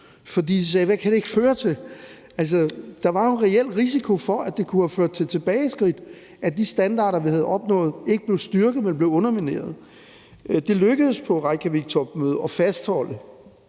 Hvad kan det ikke føre til? Der var jo en reel risiko for, det kunne have ført til tilbageskridt, at de standarder, vi havde opnået, ikke blev styrket, men blev undermineret. Det lykkedes på Reykaviktopmødet at fastholde